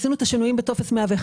עשינו את השינויים בטופס 101,